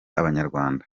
abanyarwanda